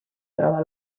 trova